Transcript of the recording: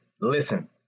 listen